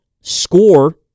score